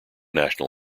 national